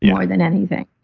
yeah more than anything.